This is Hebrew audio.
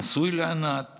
נשוי לענת